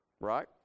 right